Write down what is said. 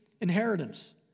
inheritance